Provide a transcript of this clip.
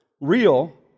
real